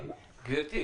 את יודעת,